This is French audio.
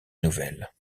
nouvelle